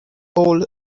old